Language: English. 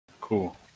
cool